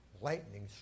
lightning